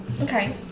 Okay